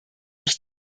ich